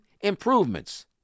Improvements